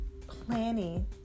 planning